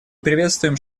приветствуем